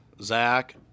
Zach